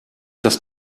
das